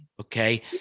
Okay